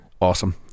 awesome